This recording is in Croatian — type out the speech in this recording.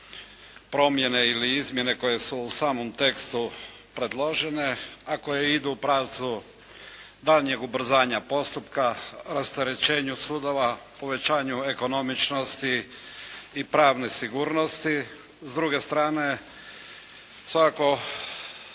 promjene ili izmjene koje su u samom tekstu predložene a koje idu u pravcu daljnjeg ubrzanja postupka, rasterećenju sudova, povećanju ekonomičnosti i pravne sigurnosti. S druge strane, svakako